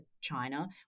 China